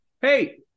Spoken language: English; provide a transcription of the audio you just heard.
Hey